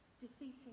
defeating